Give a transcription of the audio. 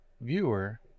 viewer